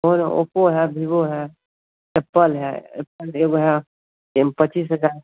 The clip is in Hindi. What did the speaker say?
फ़ोन ओप्पो है विवो है एप्पल है एप्पल यह पच्चीस हज़ार